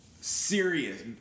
serious